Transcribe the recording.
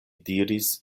diris